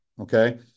Okay